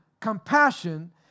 compassion